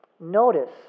Notice